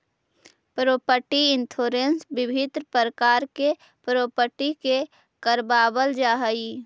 property insurance विभिन्न प्रकार के प्रॉपर्टी के करवावल जाऽ हई